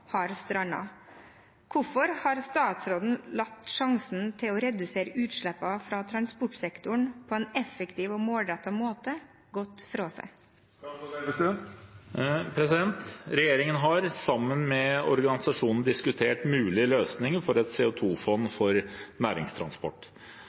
har strandet. Hvorfor har statsråden latt sjansen til å redusere utslippene fra transportsektoren på en effektiv og målrettet måte gått fra seg?» Regjeringen har sammen med organisasjonene diskutert mulige løsninger for et